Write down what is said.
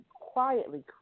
quietly